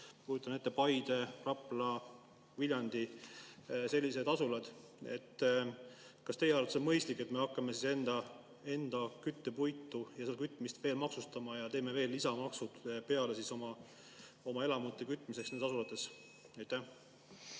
kujutan ette, Paide, Rapla, Viljandi – sellised asulad. Kas teie arvates on mõistlik, et me hakkame enda küttepuitu ja kütmist veel maksustama ja paneme lisamaksud peale oma elamute kütmiseks nendes asulates?